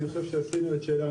אני חושב שעשינו את שלנו,